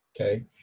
okay